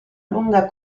lunga